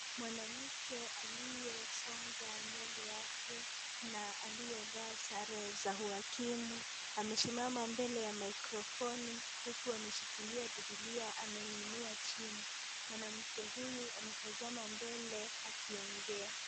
Mwanamke aliyesonga nywele yake na aliyevaa sare za uhakimu, amesimama mbele ya maikrofoni huku ameshikilia biblia ameinua chini. Mwanamke huyu ametazama mbele akiongea.